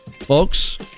Folks